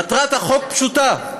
מטרת החוק פשוטה: